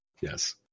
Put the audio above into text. Yes